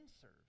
serve